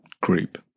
group